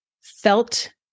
felt